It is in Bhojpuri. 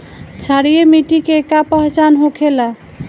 क्षारीय मिट्टी के का पहचान होखेला?